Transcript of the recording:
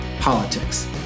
politics